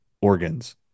organs